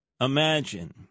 Imagine